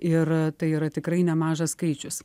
ir tai yra tikrai nemažas skaičius